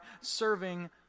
serving